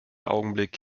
augenblick